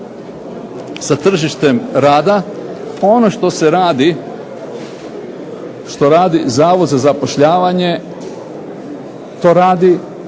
sa tržištem rada, ono što se radi, što radi Zavod za zapošljavanje, to radi